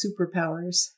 superpowers